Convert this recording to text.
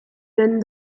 denn